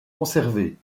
conservés